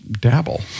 dabble